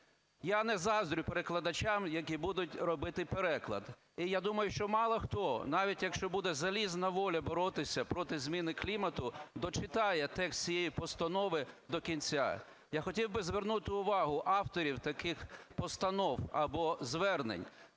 Я не заздрю перекладачам, які будуть робити переклад, і я думаю, що мало хто, навіть якщо буде залізна воля боротися проти зміни клімату, дочитає текст цієї постави до кінця. Я хотів би звернути увагу авторів таких постанов або звернень